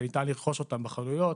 שניתן לרכוש אותם בחנויות.